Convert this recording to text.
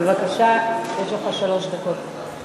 בבקשה, יש לך שלוש דקות.